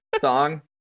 song